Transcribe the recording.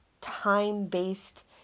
time-based